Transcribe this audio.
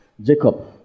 Jacob